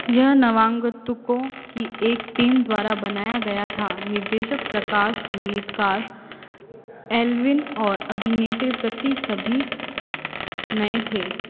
यह नवांगतुकों की एक टीम द्वारा बनाया गया था निर्देशक प्रकाश संगीतकार एल्विन और अभिनेत्री प्रति सभी नए थे